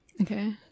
Okay